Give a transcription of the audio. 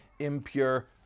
impure